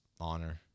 honor